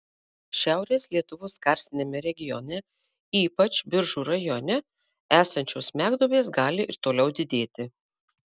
šiaurės lietuvos karstiniame regione ypač biržų rajone esančios smegduobės gali ir toliau didėti